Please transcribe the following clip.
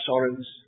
sorrows